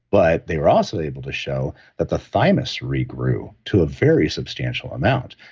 but they were also able to show that the thymus regrew to a very substantial amount,